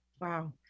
Wow